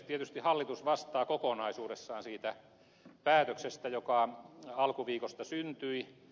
tietysti hallitus vastaa kokonaisuudessaan siitä päätöksestä joka alkuviikosta syntyi